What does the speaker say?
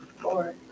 four